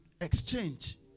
exchange